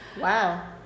wow